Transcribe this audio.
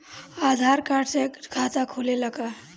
आधार card से खाता खुले ला का?